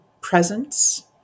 presence